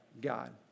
God